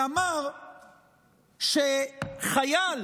ואמר שחייל